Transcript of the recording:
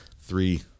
three